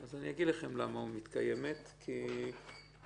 אז אני אענה: מי שזוכר,